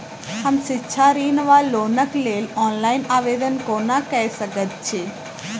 हम शिक्षा ऋण वा लोनक लेल ऑनलाइन आवेदन कोना कऽ सकैत छी?